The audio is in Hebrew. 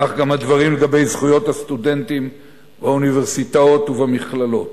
כך גם הדברים לגבי זכויות הסטודנטים באוניברסיטאות ובמכללות.